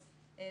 תודה.